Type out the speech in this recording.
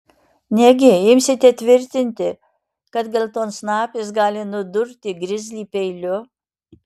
negi imsite tvirtinti kad geltonsnapis gali nudurti grizlį peiliu